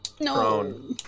No